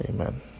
Amen